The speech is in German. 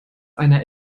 einer